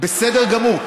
בסדר גמור.